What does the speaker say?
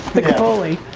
mick foley,